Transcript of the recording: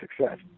success